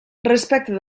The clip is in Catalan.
respecte